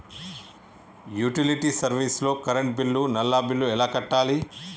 Utility service లో current bill, నల్లా bill ఎలా కట్టాలి?